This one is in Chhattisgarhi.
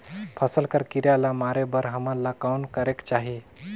फसल कर कीरा ला मारे बर हमन ला कौन करेके चाही?